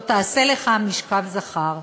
לא תעשה לך משכב זכר.